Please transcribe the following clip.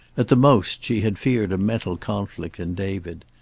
at the most, she had feared a mental conflict in david.